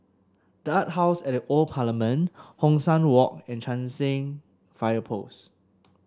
The Art House at The Old Parliament Hong San Walk and Cheng San Fire Post